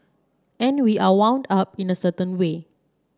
and we are wound up in a certain way